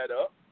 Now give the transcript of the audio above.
up